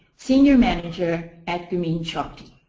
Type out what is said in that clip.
senior manager at grameen shakti.